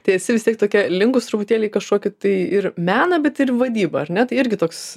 tiesi vis tiek tokia linkus truputėlį į kažkokį tai ir meną bet ir į vadybą ar ne tai irgi toks